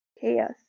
chaos